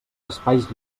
espais